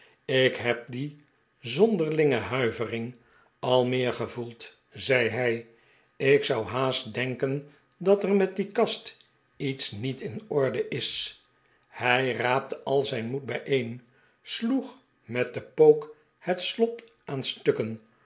ik heb die zonderlinge huivering al meer gevoeld zei hij ik zou haast denken dat er met die kast iets niet in orde is hij raapte al zijn moed bijeen sloeg met den pook het slot aan stukken